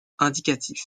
indicatif